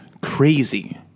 crazy